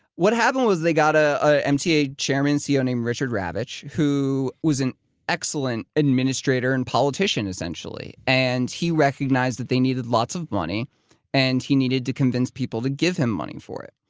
what happened was they got ah an mta chairman ceo named richard ravitch, who was an excellent administrator and politician essentially and he recognized that they needed lots of money and he needed to convince people to give him money for it.